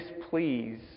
displease